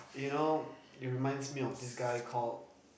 you know it reminds me of this guy called